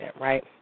right